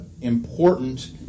important